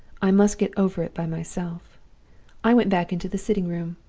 i must get over it by myself i went back into the sitting-room.